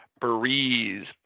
Breeze